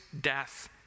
death